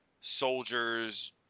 soldiers